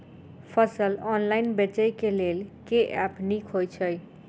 फसल ऑनलाइन बेचै केँ लेल केँ ऐप नीक होइ छै?